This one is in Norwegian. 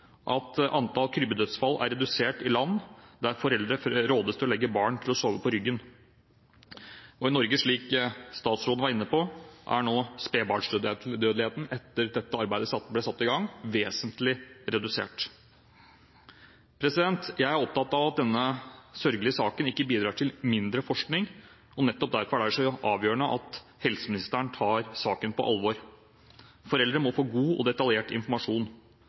at antall krybbedødsfall er redusert i land der foreldre rådes til å legge barnet til å sove på ryggen. I Norge er – som statsråden var inne på – spedbarnsdødeligheten etter at dette arbeidet ble satt i gang, vesentlig redusert. Jeg er opptatt av at denne sørgelige saken ikke bidrar til mindre forskning. Nettopp derfor er det avgjørende at helseministeren tar saken på alvor. Foreldre må få god og detaljert informasjon.